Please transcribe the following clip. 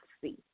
see